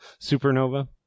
supernova